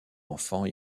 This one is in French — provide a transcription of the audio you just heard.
enfants